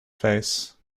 face